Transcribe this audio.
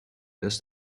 does